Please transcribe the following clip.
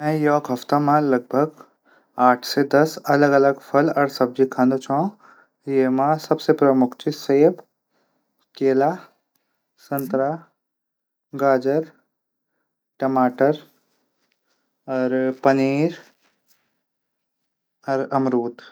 मि एक हप्ता मा लगभग आठ से दस फल और सब्जी खादू छौ एमा सबसे प्रमुख च सेव केला संतरा गाजर टमाटर पनीर अर अमरूद।